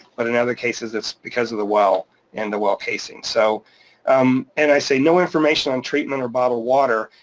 but in other cases it's because of the well and the well casing. so um and i say no information on treatment or bottled water,